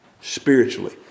spiritually